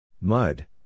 Mud